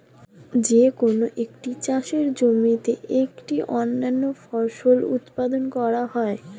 যে কোন একটি চাষের জমিতে একটি অনন্য ফসল উৎপাদন করা হয়